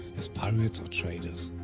as pirates or traders.